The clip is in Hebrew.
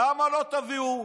למה שלא תביאו?